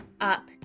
up